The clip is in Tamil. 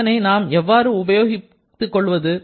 இதனை நாம் எவ்வாறு உபயோகித்துக் கொள்வது